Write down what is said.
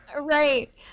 right